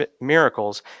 miracles